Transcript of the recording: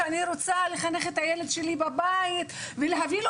שאני רוצה לחנך את הילד שלי בבית ולהביא לו